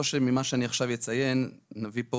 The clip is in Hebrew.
לא שממה שאני אציין עכשיו נביא פה